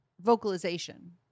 vocalization